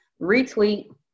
retweet